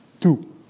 Two